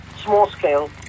small-scale